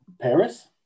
Paris